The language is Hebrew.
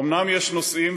אומנם יש נושאים,